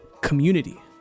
community